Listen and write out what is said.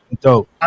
dope